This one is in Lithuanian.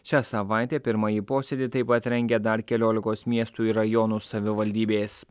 šią savaitę pirmąjį posėdį taip pat rengia dar keliolikos miestų ir rajonų savivaldybės